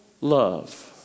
love